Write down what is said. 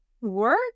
work